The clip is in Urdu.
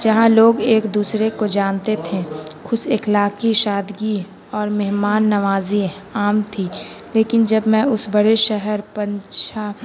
جہاں لوگ ایک دوسرے کو جانتے تھے خوش اخلاقی سادگی اور مہمان نوازی عام تھی لیکن جب میں اس بڑے شہر پہنچا